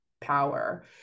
power